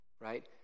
right